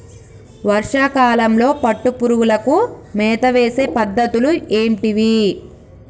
వర్షా కాలంలో పట్టు పురుగులకు మేత వేసే పద్ధతులు ఏంటివి?